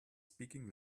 speaking